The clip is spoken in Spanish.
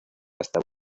hasta